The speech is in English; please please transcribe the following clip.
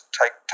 take